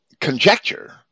conjecture